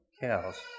cows